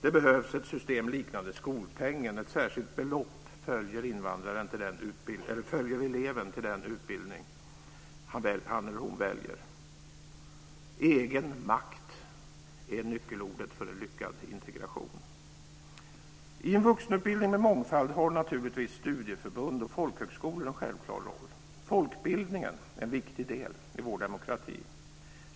Det behövs ett system liknande skolpengen; ett särskilt belopp som följer eleven till den utbildning som han eller hon väljer. Egen makt är nyckelordet för en lyckad integration. I en vuxenutbildning med mångfald har naturligtvis studieförbund och folkhögskolor en självklar roll. Folkbildningen är en viktig del i vår demokrati.